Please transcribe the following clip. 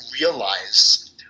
realize